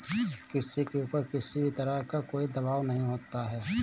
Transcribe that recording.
किसी के ऊपर किसी भी तरह का कोई दवाब नहीं होता है